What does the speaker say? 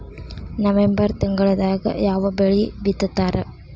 November ತಿಂಗಳದಾಗ ಯಾವ ಬೆಳಿ ಬಿತ್ತತಾರ?